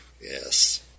Yes